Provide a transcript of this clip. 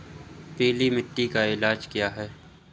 पीली मिट्टी का इलाज क्या है?